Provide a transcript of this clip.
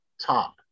top